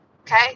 Okay